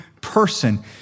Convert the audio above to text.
person